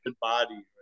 body